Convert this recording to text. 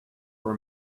for